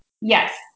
Yes